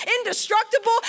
indestructible